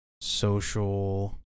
social